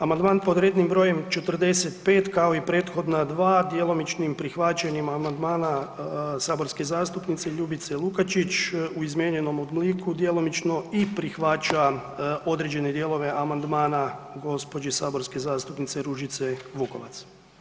Amandman pod rednim br. 45, kao i prethodna dva djelomičnim prihvaćanjem amandmana saborske zastupnice Ljubice Lukačić u izmijenjenom obliku djelomično i prihvaća određene dijelove amandmana gđe. saborske zastupnice Ružice Vukovac.